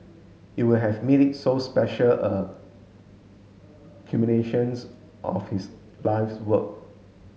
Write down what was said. it would have made it so special a culminations of his life's work